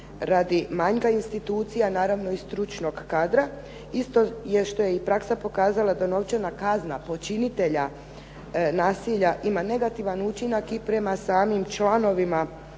radi manjka institucija, naravno i stručnog kadra. Isto je što je i praksa pokazala da novčana kazna počinitelja nasilja ima negativan učinak i prema samim članovima,